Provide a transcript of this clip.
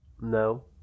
No